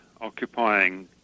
occupying